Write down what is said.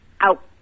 out